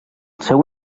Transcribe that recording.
seu